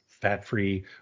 fat-free